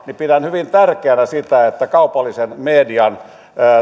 niin pidän hyvin tärkeänä sitä että kaupallisen median